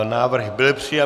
Návrh byl přijat.